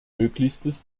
möglichstes